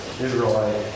Israelite